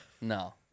No